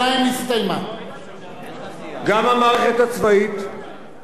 גם המערכת הצבאית צריכה להיערך לכך.